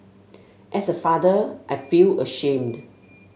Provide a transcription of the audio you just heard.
as a father I feel ashamed